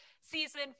season